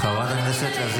מה תגיד עליהם?